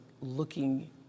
looking